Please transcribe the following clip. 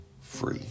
free